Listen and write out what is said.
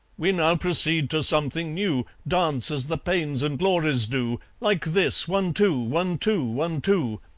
we now proceed to something new dance as the paynes and lauris do, like this one, two one, two one, two.